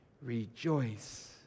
Rejoice